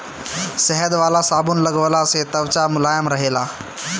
शहद वाला साबुन लगवला से त्वचा मुलायम रहेला